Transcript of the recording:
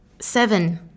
Seven